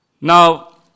Now